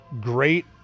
great